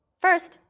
first,